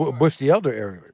but bush the elder era.